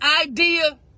idea